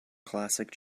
classic